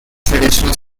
traditional